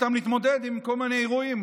אנחנו שלחנו אותם להתמודד עם כל מיני אירועים,